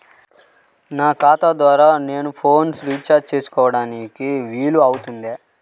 నా ఖాతా ద్వారా నేను ఫోన్ రీఛార్జ్ చేసుకోవడానికి వీలు అవుతుందా?